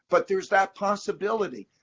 but there's that possibility.